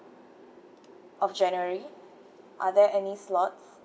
of january are there any slot